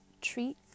treat